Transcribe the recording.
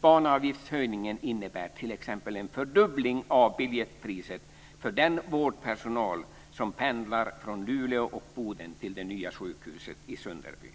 Banavgiftshöjningen innebär t.ex. en fördubbling av biljettpriserna för den vårdpersonal som pendlar från Luleå och Boden till det nya sjukhuset i Sunderbyn.